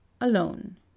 alone